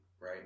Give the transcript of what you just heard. right